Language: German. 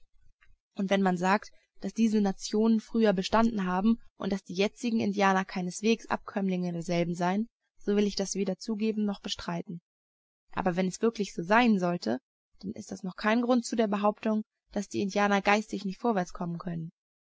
und wenn man sagt daß diese nationen früher bestanden haben und daß die jetzigen indianer keineswegs abkömmlinge derselben seien so will ich das weder zugeben noch bestreiten aber wenn es wirklich so sein sollte dann ist das noch kein grund zu der behauptung daß die indianer geistig nicht vorwärts kommen können